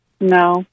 No